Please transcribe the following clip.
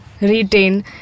Retain